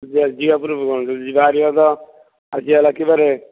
ଯିବା ଯିବା ପୂର୍ବରୁ କ'ଣ ଯିବା ବାହାରିବା ତ ଆଜି ହେଲା କି ବାର